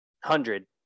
hundred